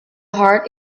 heart